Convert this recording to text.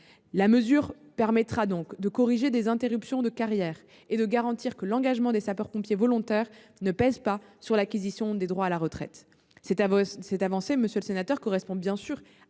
La mesure permettra donc de corriger les interruptions de carrière et de garantir que l’engagement de ces volontaires ne pèse pas sur l’acquisition de droits à retraite. Cette avancée correspond bien à